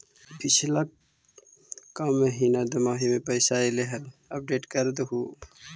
पिछला का महिना दमाहि में पैसा ऐले हाल अपडेट कर देहुन?